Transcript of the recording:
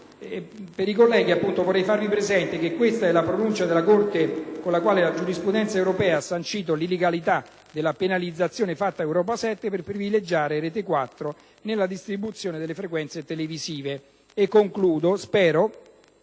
Colleghi, vorrei farvi presente che è stata disattesa la pronuncia della Corte di giustizia con la quale la giurisprudenza europea ha sancito l'illegalità della penalizzazione fatta a Europa 7 per privilegiare Rete 4 nella distribuzione delle frequenze televisive.